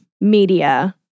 media